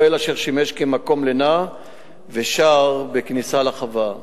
אוהל אשר שימש כמקום לינה ושער בכניסה לחווה.